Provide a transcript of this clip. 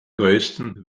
größten